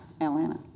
Atlanta